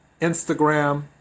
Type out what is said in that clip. Instagram